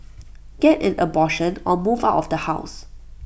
get an abortion or move out of the house